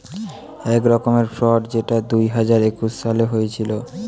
এক রকমের ফ্রড যেটা দুই হাজার একুশ সালে হয়েছিল